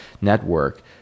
network